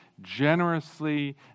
generously